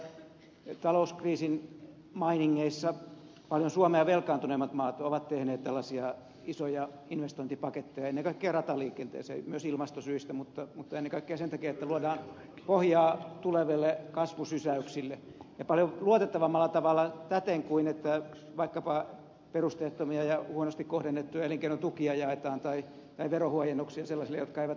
olemme havainneet että talouskriisin mainingeissa paljon suomea velkaantuneemmat maat ovat tehneet tällaisia isoja investointipaketteja ennen kaikkea rataliikenteeseen myös ilmastosyistä mutta ennen kaikkea sen takia että luodaan pohjaa tuleville kasvusysäyksille paljon luotettavammalla tavalla kuin että vaikkapa perusteettomia ja huonosti kohdennettuja elinkeinotukia jaetaan tai verohuojennuksia sellaisille jotka eivät niitä tarvitse